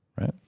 right